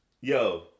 Yo